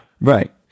Right